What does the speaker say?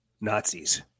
Nazis